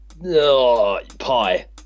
Pie